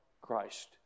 Christ